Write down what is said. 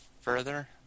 further